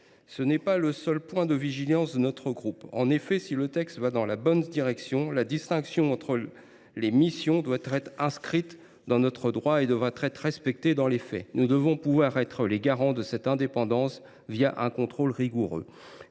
ne constitue pas le seul point de vigilance de notre groupe. En effet, si le texte va dans la bonne direction, la distinction entre les missions doit être inscrite dans notre droit et doit être respectée dans les faits. Nous devons pouvoir être les garants de cette indépendance grâce à un contrôle rigoureux.